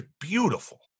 Beautiful